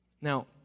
Now